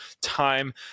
time